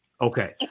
Okay